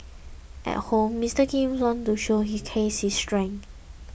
at home Mr Kim wants to showcase his strength